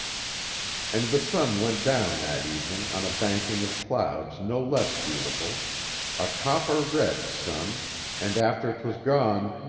and the sun went down that evening on a banking of clouds no less beautiful a copper-red sun, and after twas gone,